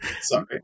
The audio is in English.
Sorry